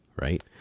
Right